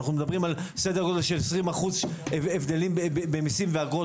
אנחנו מדברים על סדר גודל של 20% הבדלים במסים ואגרות